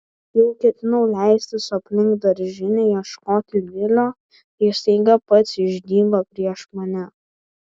jau ketinau leistis aplink daržinę ieškoti vilio kai staiga pats išdygo prieš mane